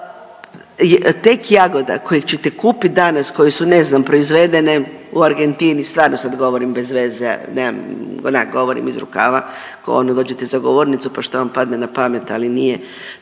ajmo, tek jagoda koji ćete kupit danas, koje su, ne znam, proizvedene u Argentini, stvarno sad govorim bez veze, nemam onak, govorim iz rukava, kao ono, dođete za govornicu pa šta vam padne na pamet, ali nije